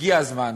הגיע הזמן